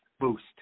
boost